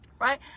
right